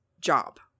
job